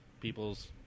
people's